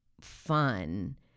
fun